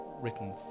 written